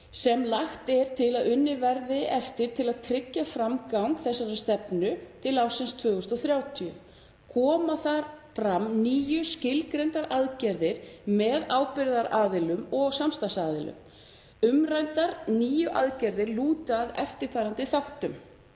sem lagt er til að unnið verði eftir til að tryggja framgang þessarar stefnu til ársins 2030. Koma þar fram níu skilgreindar aðgerðir með ábyrgðaraðilum og samstarfsaðilum. Umræddar níu aðgerðir lúta að eftirfarandi þáttum: